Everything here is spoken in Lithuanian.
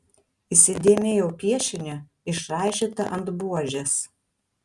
įsidėmėjau piešinį išraižytą ant buožės